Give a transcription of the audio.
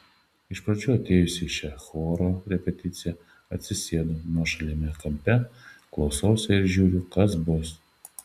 iš pradžių atėjusi į šią choro repeticiją atsisėdu nuošaliame kampe klausausi ir žiūriu kas bus